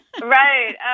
Right